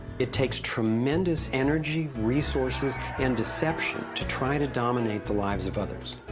it takes tremendous energy, resources and deception, to try to dominate the lives of others.